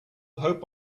hope